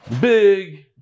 big